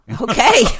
okay